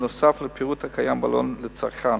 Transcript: נוסף על הפירוט הקיים בעלון לצרכן,